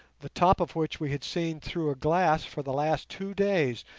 the top of which we had seen through a glass for the last two days,